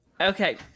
Okay